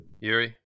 Yuri